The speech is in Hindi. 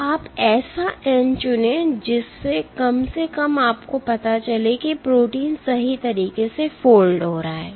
तो आप ऐसा n चुनें जिससे कम से कम आपको पता चले कि प्रोटीन सही तरीके से फोल्ड हो रहा है